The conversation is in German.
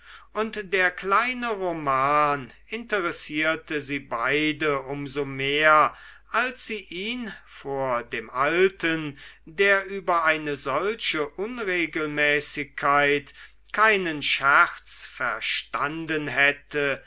und der kleine roman interessierte sie beide um so mehr als sie ihn vor dem alten der über eine solche unregelmäßigkeit keinen scherz verstanden hätte